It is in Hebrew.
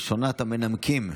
ראשונת המנמקים,